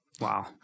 Wow